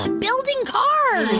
building cars